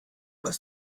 was